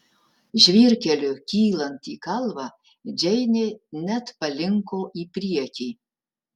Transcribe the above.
žvyrkeliu kylant į kalvą džeinė net palinko į priekį